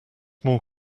more